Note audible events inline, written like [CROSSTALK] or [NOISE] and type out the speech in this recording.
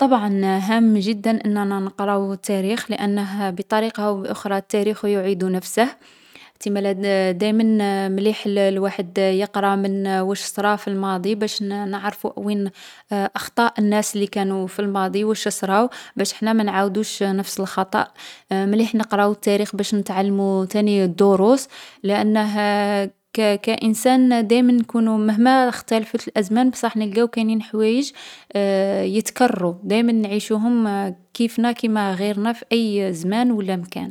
طبعا هام جدا أننا نقراو التاريخ لأنه بطريقة أو بأخرى التاريخ يعيد نفسه. تسمالا [HESITATION] دايما مليح الـ الواحد يقرا من وش صرا في الماضي باش نـ نعرفو وين [HESITATION] أخطاء الناس لي كانو في الماضي وش صرا، و باش حنا ما نعاودوش نفس الخطأ. [HESITATION] مليح نقراو التاريخ باش نتعلمو تاني الدروس، لأنه [HESITATION] كـ كانسان دايما نكونو مهما ختلفت الأزمان بصح نلقاو كاينين حوايج [HESITATION] يتكررو، دايما نعيشوهم كيفنا كيما غيرنا في أي زمان و لا مكان.